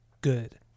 good